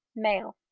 male.